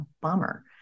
bummer